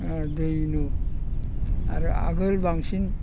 दै एनु आरो आगोल बांसिन